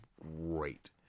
great